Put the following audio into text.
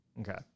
Okay